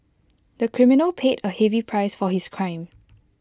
the criminal paid A heavy price for his crime